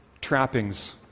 trappings